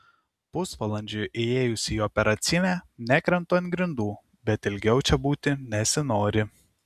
pusvalandžiui įėjus į operacinę nekrentu ant grindų bet ilgiau čia būti nesinori